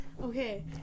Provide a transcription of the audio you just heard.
Okay